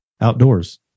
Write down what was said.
outdoors